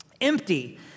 Empty